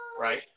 Right